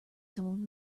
someone